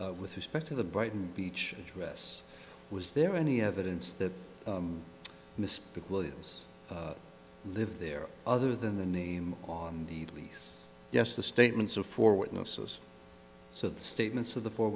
with respect to the brighton beach dress was there any evidence that mr williams there other than the name on the lease yes the statements of four witnesses so the statements of the four